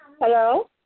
Hello